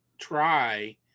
try